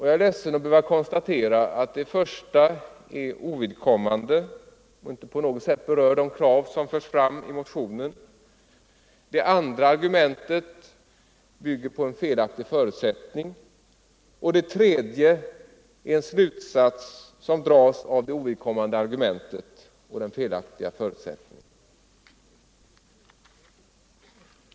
Jag är ledsen att behöva konstatera att det första argumentet är ovidkommande och inte på något sätt berör de krav som förs fram i motionen, att det andra argumentet bygger på en felaktig förutsättning och att det tredje argumentet är en slutsats som dras av det ovidkommande argumentet och den felaktiga förutsättningen.